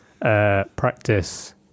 practice